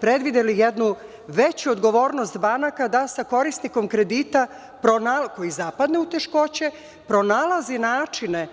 predvideli jednu veću odgovornost banaka, da sa korisnikom kredita koji zapadne u teškoće pronalazi načine